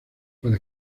para